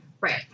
right